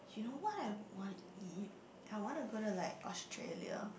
you know what I wanna eat I wanna go to like Australia